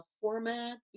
format